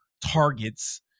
targets